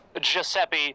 Giuseppe